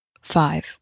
five